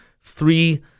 three